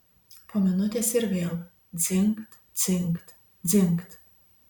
po minutės ir vėl dzingt dzingt dzingt